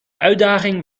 uitdaging